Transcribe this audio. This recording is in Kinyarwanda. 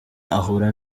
ahura